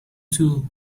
two